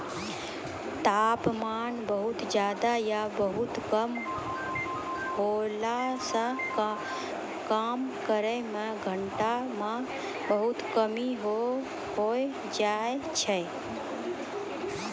तापमान बहुत ज्यादा या बहुत कम होला सॅ काम करै के घंटा म बहुत कमी होय जाय छै